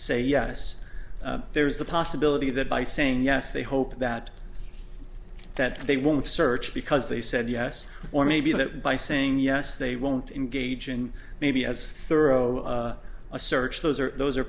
say yes there's the possibility that by saying yes they hope that that they won't search because they said yes or maybe that by saying yes they won't engage and maybe as thorough a search those are those are